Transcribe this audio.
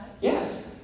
Yes